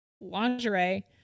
Lingerie